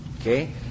Okay